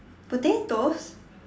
potatoes